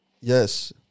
yes